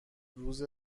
روز